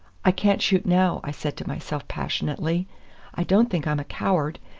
i can't shoot now, i said to myself passionately i don't think i'm a coward,